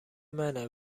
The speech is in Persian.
منه